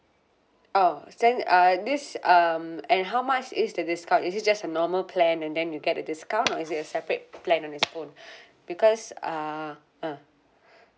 oh then uh this um and how much is the discount is it just a normal plan and then you get a discount or is it a separate plan on its own because uh uh